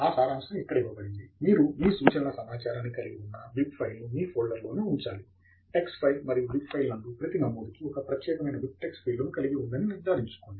ఆ సారాంశం ఇక్కడ ఇవ్వబడింది మీరు మీ సూచనల సమాచారాన్ని కలిగి ఉన్న బిబ్ ఫైల్ను మీ ఫోల్డర్లోనే ఉంచాలి టెక్స్ ఫైల్ మరియు బిబ్ ఫైల్ నందు ప్రతి నమోదుకి ఒక ప్రత్యేకమైన బిబ్టెక్స్ ఫీల్డ్ను కలిగి ఉందని నిర్ధారించుకోండి